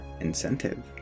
incentive